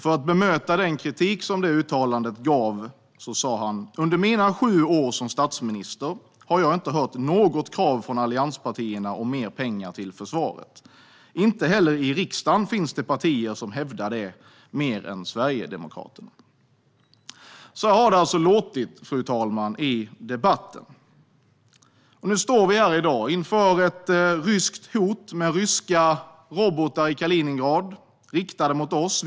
För att bemöta den kritik som det uttalandet ledde till sa han: Under mina sju år som statsminister har jag inte hört något krav från allianspartierna om mer pengar till försvaret. Inte heller i riksdagen finns det partier som hävdar det, mer än Sverigedemokraterna. Så har det alltså låtit i debatten, fru talman. Nu står vi här i dag inför ett ryskt hot med ryska robotar i Kaliningrad riktade mot oss.